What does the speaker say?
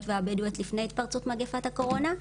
והבדואיות לפני התפרצות מגפת הקורונה.